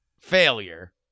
failure